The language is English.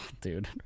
dude